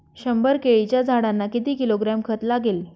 शंभर केळीच्या झाडांना किती किलोग्रॅम खत लागेल?